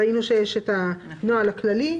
ראינו שיש את הנוהל הכללי,